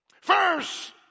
First